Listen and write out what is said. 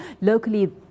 locally